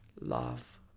love